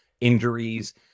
injuries